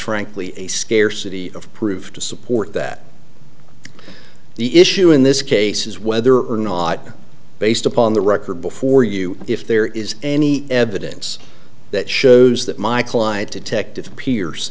frankly a scarcity of proof to support that the issue in this case is whether or not based upon the record before you if there is any evidence that shows that my client detect